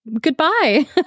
Goodbye